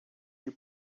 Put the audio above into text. you